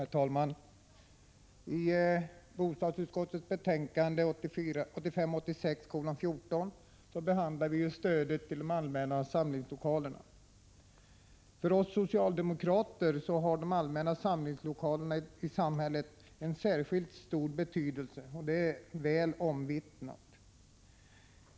Herr talman! I bostadsutskottets betänkande nr 14 behandlas stödet till allmänna samlingslokaler. För oss socialdemokrater har de allmänna samlingslokalerna i samhället en särskilt stor betydelse, vilket är väl omvittnat.